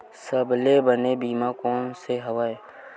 सबले बने बीमा कोन से हवय?